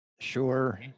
Sure